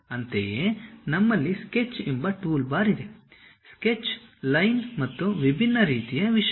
ಅಂತೆಯೇ ನಮ್ಮಲ್ಲಿ ಸ್ಕೆಚ್ ಎಂಬ ಟೂಲ್ಬಾರ್ ಇದೆ - ಸ್ಕೆಚ್ ಲೈನ್ ಮತ್ತು ವಿಭಿನ್ನ ರೀತಿಯ ವಿಷಯ